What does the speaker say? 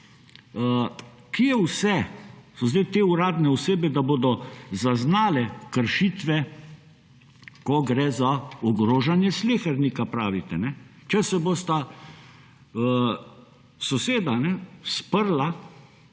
kje vse so zdaj te uradne osebe, da bodo zaznale kršitve, ko gre za ogrožanje slehernika, pravite. Če se bosta soseda sprla,